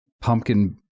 pumpkin